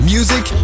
Music